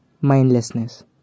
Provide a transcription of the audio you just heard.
mindlessness